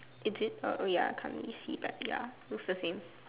is it oh ya can't really see but ya looks the same